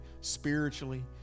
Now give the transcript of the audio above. spiritually